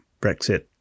Brexit